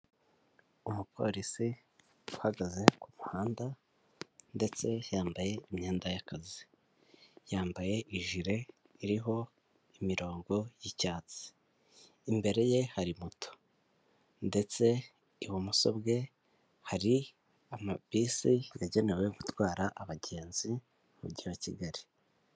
Umupolisi uhagaze ku muhanda ndetse yambaye imyenda y'akazi, yambaye ijire iriho imirongo y'icyatsi, imbere ye hari moto ndetse ibumoso bwe hari amabisi yagenewe gutwara abagenzi mu mujyi wa Kigali.